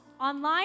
Online